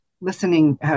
listening